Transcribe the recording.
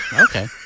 Okay